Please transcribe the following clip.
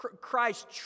Christ